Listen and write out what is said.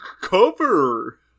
Cover